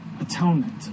atonement